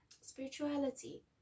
spirituality